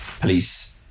police